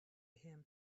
him